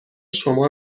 شما